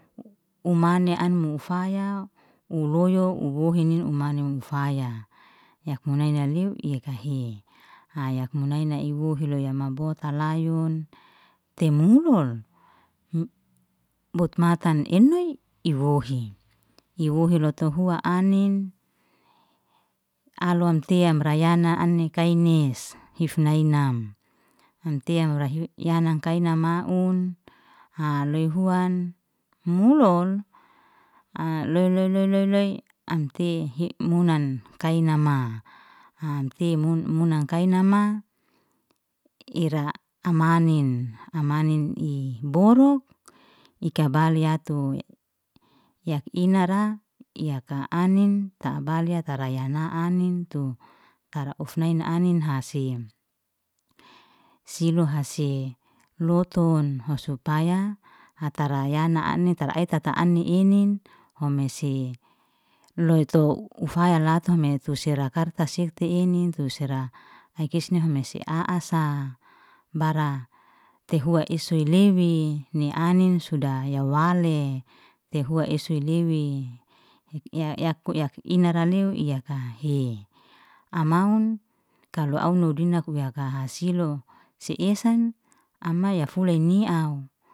U mani an u ufaya, u loyu, u wohi nin u mani ufaya, yak munaini naliu ya kahe, hayak munaina na i wohi loya mabota layun, te mummun, um botmatan enoi i wohi, i wohi lotu hua anin alom tiam rayana ani kainis hifnainam, homtiya rahi yanan, kaina maun, ha loy huan, mulol loy loy loy loy loy amti hi munan kainama, ante mu- muna kainama ira amanin, ira amanin, i boruk, i kabal yatu, yak inara yaka anin ta tabalya, tara yana anin tu tara uf nainin anin hase, se silo hase loton supaya hata ra yana anin, tara ai tata ani i inin homesey, lotu ufya lata me tu sera karta sefti inin, tu sera ai kisni hume se a'asa bara tehua i soy lewi ni anin suda ya wale. Tehua ese lewi, ya yak yak inara leu yakahe, amaun kalo au nu dinak yakaha silo, si isin amai ya fuley ni au.